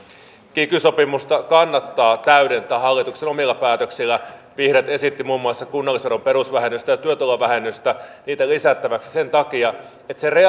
kiky sopimusta kannattaa täydentää hallituksen omilla päätöksillä vihreät esittivät muun muassa kunnallisveron perusvähennystä ja työtulovähennystä lisättäväksi sen takia että